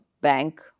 bank